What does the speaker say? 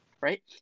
Right